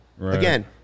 Again